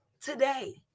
today